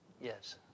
Yes